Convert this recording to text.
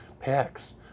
packs